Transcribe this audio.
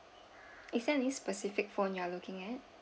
is there any specific phone you are looking at